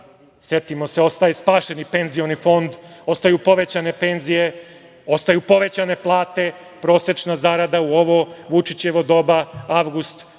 setimo se, spašeni penzioni fond, ostaju povećane penzije, ostaju povećane plate. Prosečna zarada u ovo Vučićevo doba avgust